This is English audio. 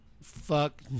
fuck